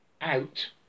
out